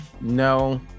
No